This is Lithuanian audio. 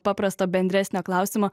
paprasto bendresnio klausimo